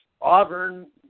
Auburn